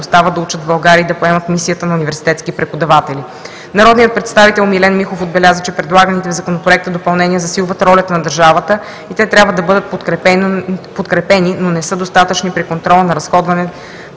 остават да учат в България и да поемат мисията на университетски преподаватели. Народният представител Милен Михов отбеляза, че предлаганите в Законопроекта допълнения засилват ролята на държавата и те трябва да бъдат подкрепени, но не са достатъчни при контрола на разходването